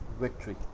victory